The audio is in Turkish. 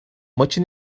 maçı